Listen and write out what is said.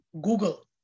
google